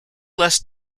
less